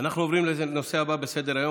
אנחנו עוברים לנושא הבא בסדר-היום,